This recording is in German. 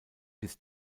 bis